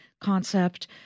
concept